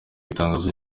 itangaza